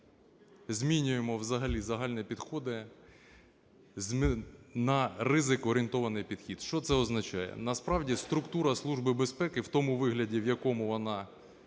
змінюємо взагалі загальні підходи на ризик-орієнтований підхід. Що це означає? Насправді структура Служби безпеки в тому вигляді, в якому вона